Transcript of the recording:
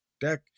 deck